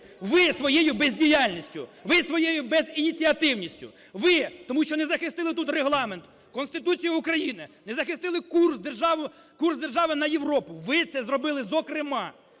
Ви своєю бездіяльністю. Ви своєї безініціативністю. Ви! Тому що не захистили тут Регламент, Конституцію України, не захистили курс держави на Європу. Ви це зробили зокрема!